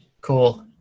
Cool